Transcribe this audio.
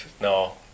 no